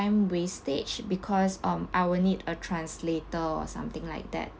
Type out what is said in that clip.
~me wastage because um I will need a translator or something like that